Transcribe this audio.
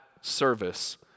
service